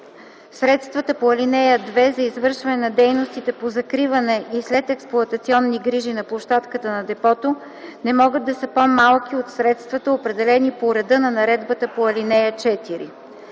Средствата по ал. 2 за извършване на дейностите по закриване и следексплоатационни грижи на площадката на депото не могат да са по-малки от средствата, определени по реда на наредбата по ал. 4.